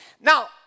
Now